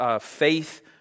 faith